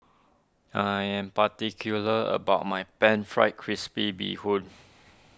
I am particular about my Pan Fried Crispy Bee Hoon